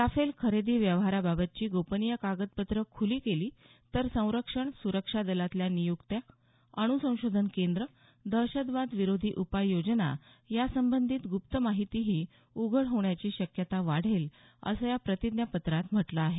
Rafale खरेदी व्यवहाराबाबतची गोपनीय कागदपत्रं खुली केली तर संरक्षण सुरक्षा दलातल्या नियुक्त्या अणु संशोधन केंद्र दहशतवाद विरोधी उपाययोजना यासंबंधित गुप्त माहितीही उघड होण्याची शक्यता वाढेल असं या प्रतिज्ञापत्रात म्हटलं आहे